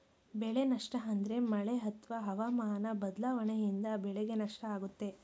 ಬೆಳೆ ನಷ್ಟ ಅಂದ್ರೆ ಮಳೆ ಅತ್ವ ಹವಾಮನ ಬದ್ಲಾವಣೆಯಿಂದ ಬೆಳೆಗೆ ನಷ್ಟ ಆಗುತ್ತೆ